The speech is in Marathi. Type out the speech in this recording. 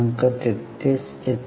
33 इत्यादी